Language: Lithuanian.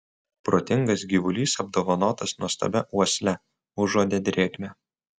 protingas gyvulys apdovanotas nuostabia uosle užuodė drėgmę